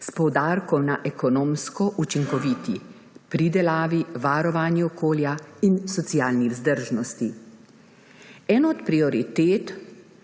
s poudarkom na ekonomsko učinkoviti pridelavi, varovanju okolja in socialni vzdržanosti. Ena od prioritet,